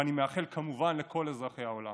ואני מאחל כמובן לכל אזרחי העולם